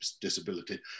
disability